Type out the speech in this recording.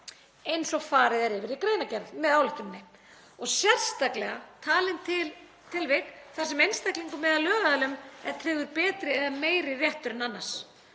eins og farið er yfir í greinargerð með ályktuninni, og sérstaklega talin til tilvik þar sem einstaklingum eða lögaðilum er tryggður betri eða meiri réttur en annars.